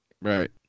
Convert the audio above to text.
right